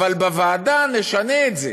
אבל בוועדה נשנה את זה